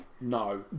No